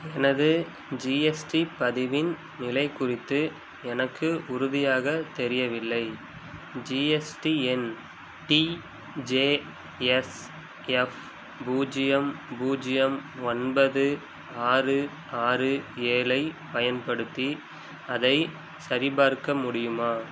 எனது ஜிஎஸ்டி பதிவின் நிலை குறித்து எனக்கு உறுதியாக தெரியவில்லை ஜிஎஸ்டி எண் டி ஜே எஸ் எஃப் பூஜ்ஜியம் பூஜ்ஜியம் ஒன்பது ஆறு ஆறு ஏழைப் பயன்படுத்தி அதைச் சரிபார்க்க முடியுமா